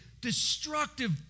destructive